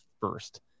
first